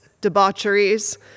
debaucheries